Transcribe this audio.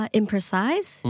imprecise